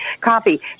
copy